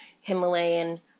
Himalayan